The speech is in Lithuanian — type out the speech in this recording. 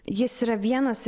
jis yra vienas